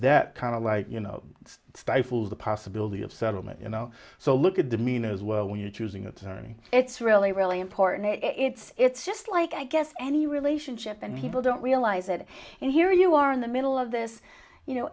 that kind of like you know it stifles the possibility of settlement you know so look at the mean as well when you're choosing attorney it's really really important it's just like i guess any relationship and people don't realize it and here you are in the middle of this you know